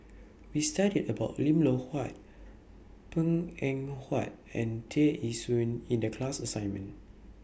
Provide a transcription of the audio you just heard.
We studied about Lim Loh Huat Png Eng Huat and Tear Ee Soon in The class assignment